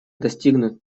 достигнут